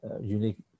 unique